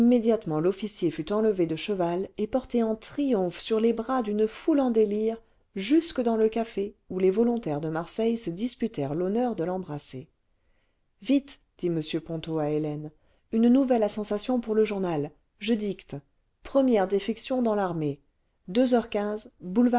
immédiatement l'officier fut enlevé de cheval et porté en triomphe sur les bras djnne foule en délire jusque clans le café où les volontaires de marseille se disputèrent l'honneur de l'embrasser le bataillon des droits de l'homme et le bataillon des droits de la femme aux barricades vite dit m ponto à hélène une nouvelle à sensation pour le journal je dicte premières défections dans l'armée té